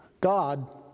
God